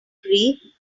agree